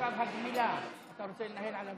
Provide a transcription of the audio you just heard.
הצעת חוק ביטוח בריאות